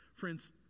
Friends